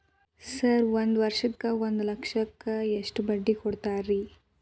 Sir ಒಂದು ವರ್ಷಕ್ಕ ಒಂದು ಲಕ್ಷಕ್ಕ ಎಷ್ಟು ಬಡ್ಡಿ ಕೊಡ್ತೇರಿ?